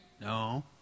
No